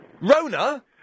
Rona